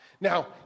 Now